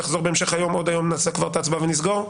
ונחזור בהמשך היום ונעשה הצבעה ונסגור?